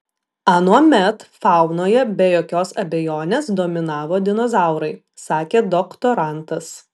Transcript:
anuomet faunoje be jokios abejonės dominavo dinozaurai sakė doktorantas